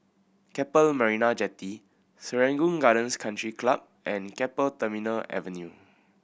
Keppel Marina Jetty Serangoon Gardens Country Club and Keppel Terminal Avenue